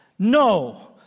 No